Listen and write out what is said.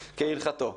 כהלכתו.